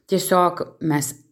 tiesiog mes